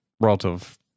relative